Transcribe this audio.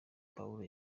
pawulo